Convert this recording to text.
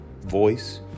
voice